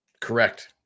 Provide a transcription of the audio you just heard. correct